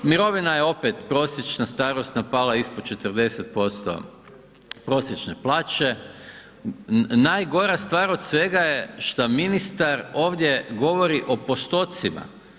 Mirovina je pet prosječna starosna pala ispod 40% prosječne plaće, najgora stvar od svega je što ministar ovdje govori o postocima.